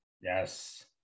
Yes